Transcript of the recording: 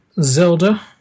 Zelda